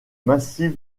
massif